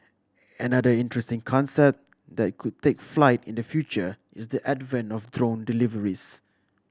another interesting concept that could take flight in the future is the advent of drone deliveries